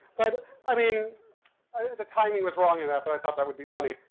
but i mean the timing was wrong in that, but i thought that would be funny,